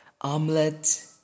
Omelette